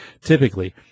typically